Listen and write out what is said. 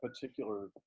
particular